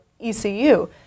ECU